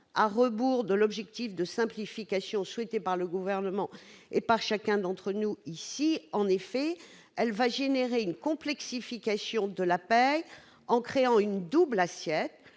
à rebours de la simplification souhaitée par le Gouvernement et chacun d'entre nous ici. En effet, elle va engendrer une complexification de la paie en créant une double assiette,